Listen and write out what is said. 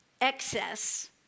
excess